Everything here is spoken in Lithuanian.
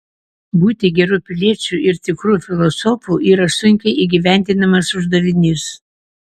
būti geru piliečiu ir tikru filosofu yra sunkiai įgyvendinamas uždavinys